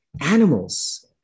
animals